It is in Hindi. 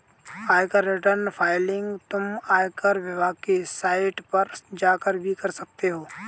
आयकर रिटर्न फाइलिंग तुम आयकर विभाग की साइट पर जाकर भी कर सकते हो